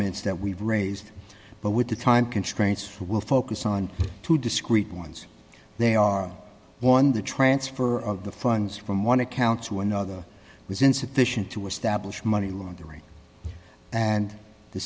that we've raised but with the time constraints for we'll focus on two discreet ones they are one the transfer of the funds from one account to another was insufficient to establish money laundering and the